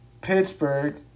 Pittsburgh